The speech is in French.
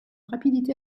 rapidité